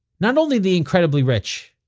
not only the incredibly rich,